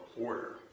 order